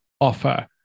offer